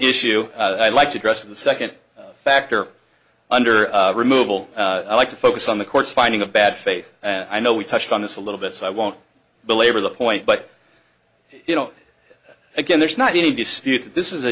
issue i'd like to address in the second factor under removal i like to focus on the court's finding of bad faith and i know we touched on this a little bit so i won't belabor the point but you know again there's not any dispute that this is a